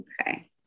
okay